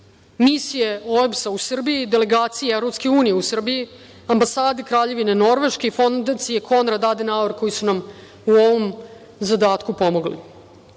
misije OEBS-a u Srbiji, delegaciji EU u Srbiji, ambasade Kraljevine Norveške i Fondaciji Konrad Adenauer, koji su nam u ovom zadatku pomogli. Ista